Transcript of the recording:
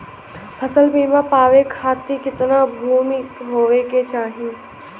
फ़सल बीमा पावे खाती कितना भूमि होवे के चाही?